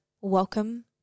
welcome